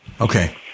Okay